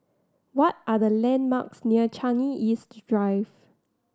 what are the landmarks near Changi East Drive